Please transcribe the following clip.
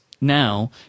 now